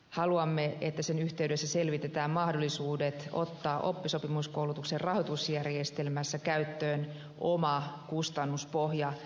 haluamme että sen yhteydessä selvitetään mahdollisuudet ottaa oppisopimuskoulutuksen rahoitusjärjestelmässä käyttöön oma kustannuspohja